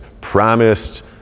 promised